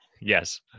Yes